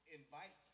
invite